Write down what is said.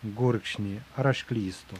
gurkšnį ar aš klystu